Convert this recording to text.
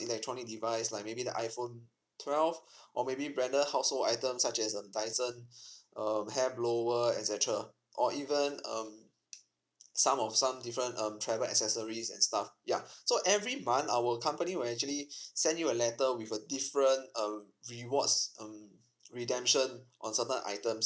electronic device like maybe the iphone twelve or maybe branded household items such as um dyson um hair blower etcetera or even um some of some different um travel accessories and stuff ya so every month our company will actually send you a letter with a different um rewards um redemption on certain items